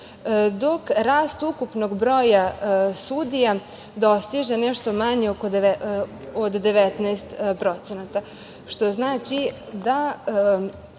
dok rast ukupnog broja sudija dostiže nešto manje od 19%, što znači da